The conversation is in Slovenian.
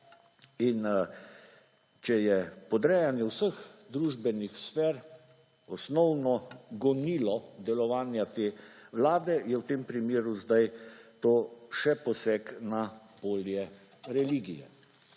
In če je podrejanje vseh družbenih sfer osnovno gonilo delovanja te vlade je v tem primeru sedaj to še poseg na polje religije.